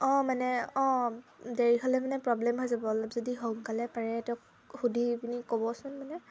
অঁ মানে অঁ দেৰি হ'লে মানে প্ৰবলেম হৈ যাব অলপ যদি সোনকালে পাৰে তেওঁক সুধি পিনি ক'বচোন মানে